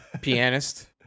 pianist